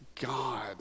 God